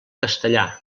castellà